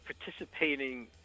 participating